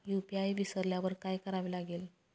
UPI विसरल्यावर काय करावे लागेल?